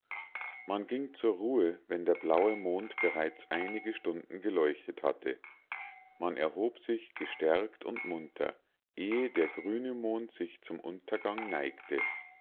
man ging zur ruhe wenn der blaue mond bereits einige stunden geleuchtet hatte man erhob sich gestärkt und munter ehe der grüne mond sich zum untergang neigte